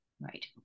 Right